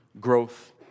growth